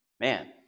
man